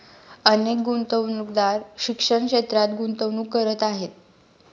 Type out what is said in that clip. अनेक गुंतवणूकदार शिक्षण क्षेत्रात गुंतवणूक करत आहेत